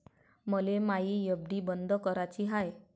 मले मायी एफ.डी बंद कराची हाय